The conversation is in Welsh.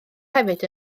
hefyd